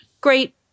great